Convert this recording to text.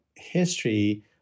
history